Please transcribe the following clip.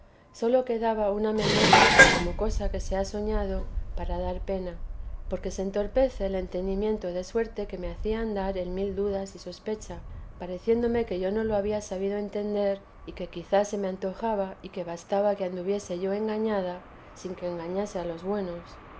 sólo quedaba una memoria como cosa que se ha soñado para dar pena porque se entorpece el entendimiento de suerte que me hacía andar en mil dudas y sospechas pareciéndome que yo no lo había sabido entender y que quizá se me antojaba y que bastaba que anduviese yo engañada sin que engañase a los buenos